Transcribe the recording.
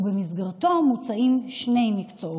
ובמסגרתו מוצעים שני מקצועות: